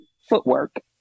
footwork